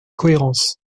cohérence